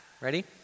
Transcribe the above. ready